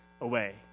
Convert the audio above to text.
away